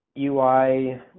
UI